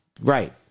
Right